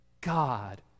God